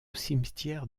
cimetière